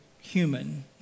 human